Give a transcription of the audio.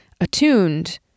attuned